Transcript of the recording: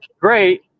great